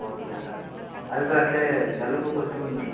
okay sir అది sir అట్లే జలుబు కొంచెం